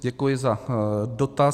Děkuji za dotaz.